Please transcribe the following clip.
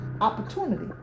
opportunity